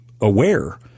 aware